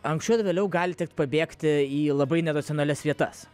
anksčiau ar vėliau gali tekt pabėgti į labai neracionalias vietas